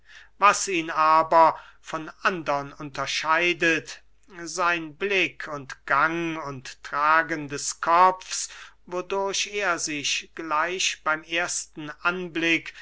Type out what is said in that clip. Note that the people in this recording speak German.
was ihn aber von andern unterscheidet sein blick und gang und tragen des kopfs wodurch er sich gleich beym ersten anblick